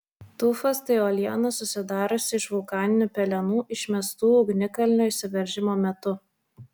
tufas tai uoliena susidariusi iš vulkaninių pelenų išmestų ugnikalnio išsiveržimo metu